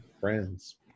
friends